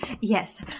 Yes